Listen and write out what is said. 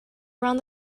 around